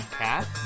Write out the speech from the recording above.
cat